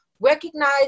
recognize